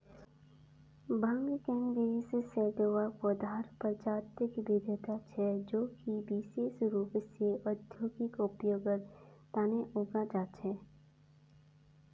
भांग cannabis sativa पौधार प्रजातिक विविधता छे जो कि विशेष रूप स औद्योगिक उपयोगेर तना उगाल जा छे